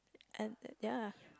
and ya